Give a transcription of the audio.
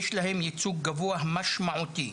יש להם ייצוג גבוה משמעותי.